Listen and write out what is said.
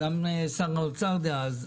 גם שר האוצר דאז,